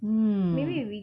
mm